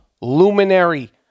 Luminary